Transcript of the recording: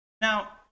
Now